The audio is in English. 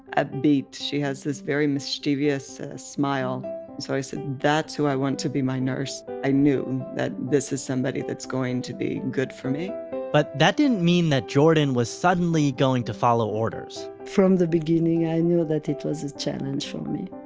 upbeat. she has this very mischievous smile. and so i said, that's who i want to be my nurse. i knew that this is somebody that's going to be good for me but that didn't mean that jordan was suddenly going to follow orders. from the beginning i knew that it was a challenge for me.